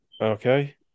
Okay